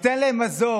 ייתן להם מזור.